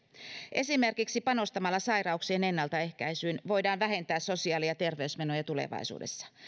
esimerkiksi panostamalla sairauksien ennaltaehkäisyyn voidaan vähentää sosiaali ja terveysmenoja tulevaisuudessa